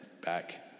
back